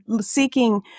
seeking